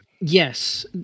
Yes